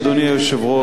אדוני היושב-ראש,